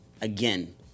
again